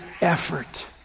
effort